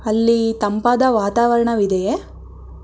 ಅಲ್ಲಿ ತಂಪಾದ ವಾತಾವರಣವಿದೆಯೇ